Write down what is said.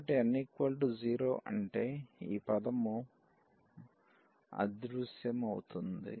కాబట్టి n0 అంటే ఈ పదము అదృశ్యమవుతుంది